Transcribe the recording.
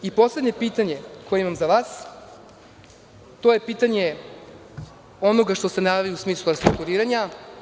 Poslednje pitanje koje imam za vas je pitanje onoga što ste najavili u smislu restrukturiranja.